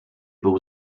był